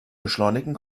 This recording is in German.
beschleunigen